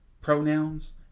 pronouns